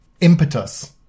impetus